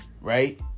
right